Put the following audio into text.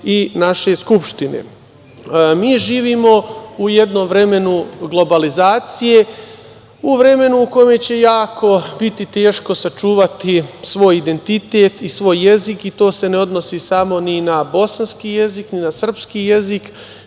i naše Skupštine. Mi živimo u jednom vremenu globalizaciju, u vremenu u kojem će jako biti teško sačuvati svoj identitet i svoj jezik i to se ne odnosi samo ni na bosanski jezik, ni na srpski jezik,